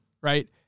right